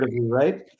right